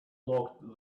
locked